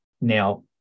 Now